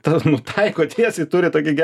nutaiko tiesiai turi tokį gerą taikiklį